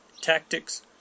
tactics